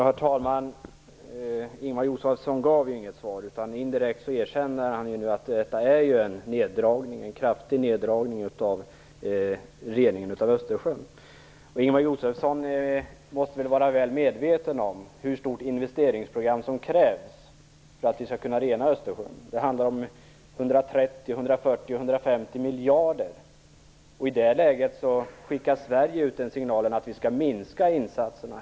Herr talman! Ingemar Josefsson gav inget svar. Indirekt erkänner han nu att detta är en kraftig neddragning av reningen av Östersjön. Ingemar Josefsson måste väl vara medveten om hur stort investeringsprogram som krävs för att vi skall kunna rena Östersjön. Det handlar om 130, 140, 150 miljarder. I det läget sänder Sverige ut signalen att vi skall minska insatserna.